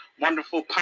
wonderful